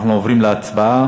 אנחנו עוברים להצבעה